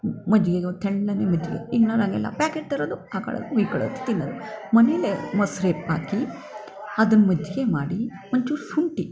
ಮಜ್ಜಿಗೆಗೊ ತಣ್ಣನೆ ಮಜ್ಜಿಗೆ ಈಗ್ನವ್ರು ಆಗೆಲ್ಲ ಪ್ಯಾಕೆಟ್ ತರೋದು ಹಾಕೊಳ್ಳೋದು ಉಯ್ಕೊಳ್ಳೋದು ತಿನ್ನೋದು ಮನೇಲೆ ಮೊಸ್ರು ಹೆಪ್ಪಾಕಿ ಅದನ್ನ ಮಜ್ಜಿಗೆ ಮಾಡಿ ಒಂಚೂರು ಶುಂಠಿ